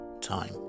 time